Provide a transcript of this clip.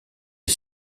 est